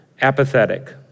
Apathetic